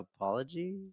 apology